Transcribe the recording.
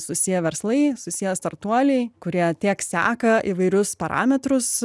susiję verslai susiję startuoliai kurie tiek seka įvairius parametrus